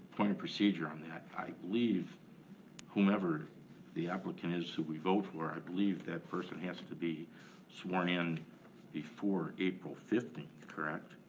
point of procedure on that. i believe whomever the applicant is who we vote for, i believe that person has to be sworn in before april fifteenth, correct?